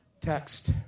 text